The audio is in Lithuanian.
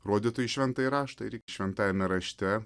rodytų į šventąjį raštą ir šventajame rašte